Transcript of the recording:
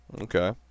okay